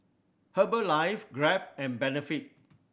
Herbalife Grab and Benefit